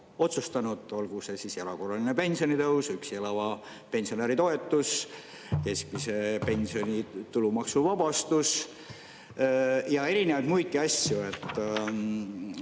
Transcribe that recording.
otsustanud, olgu see siis erakorraline pensionitõus, üksi elava pensionäri toetus, keskmise pensioni tulumaksuvabastus või erinevad muud asjad.